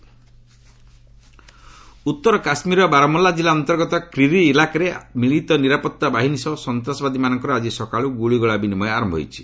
JK gun fight ଉତ୍ତର କାଶ୍ମୀରର ବାରମୁଲ୍ଲା କିଲ୍ଲା ଅନ୍ତର୍ଗତ କ୍ରିରି ଇଲାକାରେ ମିଳିତ ନିରାପତ୍ତା ବାହିନୀ ସହ ସନ୍ତାସବାଦୀମାନଙ୍କର ଆଜି ସକାଳୁ ଗୁଳିଗୋଳା ବିନିମୟ ଆରମ୍ଭ ହୋଇଛି